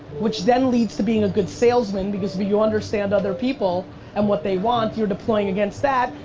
which then leads to being a good salesman because if you understand other people and what they want you're deploying against that.